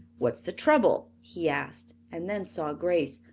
what is the trouble? he asked, and then saw grace.